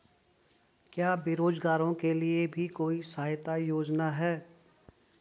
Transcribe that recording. क्या बेरोजगारों के लिए भी कोई सहायता योजना है?